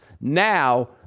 now